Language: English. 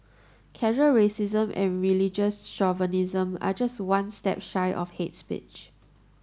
casual racism and religious chauvinism are just one step shy of hate speech